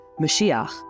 Mashiach